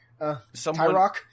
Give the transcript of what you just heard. Tyrock